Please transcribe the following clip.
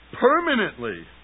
permanently